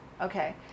Okay